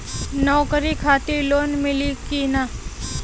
नौकरी खातिर लोन मिली की ना?